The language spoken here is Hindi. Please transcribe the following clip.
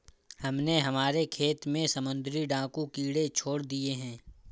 हमने हमारे खेत में समुद्री डाकू कीड़े छोड़ दिए हैं